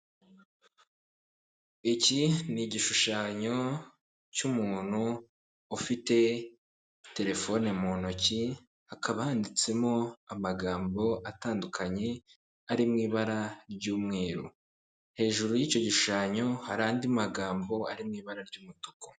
Iki ni igishushanyo cy'umuntu ufite telefone mu ntoki, hakaba handitsemo amagambo atandukanye ari mu ibara ry'umweru, hejuru y'icyo gishushanyo hari andi magambo ari mu ibara ry'umutuku.